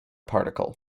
particle